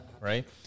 Right